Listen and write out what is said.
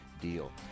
deal